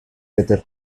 weather